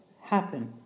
happen